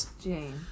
Jane